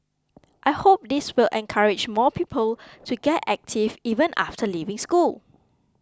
I hope this will encourage more people to get active even after leaving school